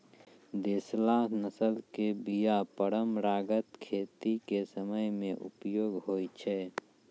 देशला नस्ल के बीया परंपरागत खेती के समय मे उपयोग होय छै